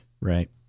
Right